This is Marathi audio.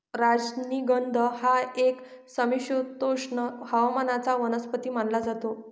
राजनिगंध हा एक समशीतोष्ण हवामानाचा वनस्पती मानला जातो